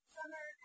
Summer